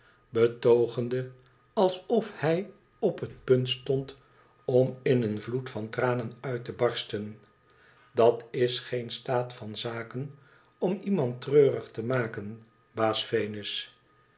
de linkerhand betoogendealsofhij op het punt stond om in een vloed van tranen uit te barsten t dat is geen staat van zaken om iemand treurig te maken